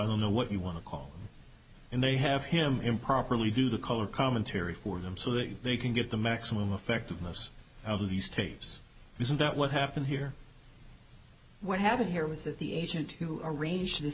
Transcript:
don't know what you want to call in they have him improperly do the color commentary for them so that they can get the maximum effect of most of these tapes isn't that what happened here what happened here was that the agent who arranged th